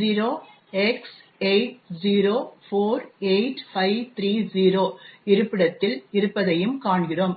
0x8048530 இருப்பிடத்தில் இருப்பதையும் காண்கிறோம்